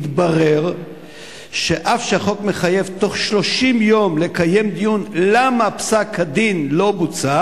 מתברר שאף שהחוק מחייב בתוך 30 יום לקיים דיון למה פסק-הדין לא בוצע